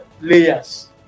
layers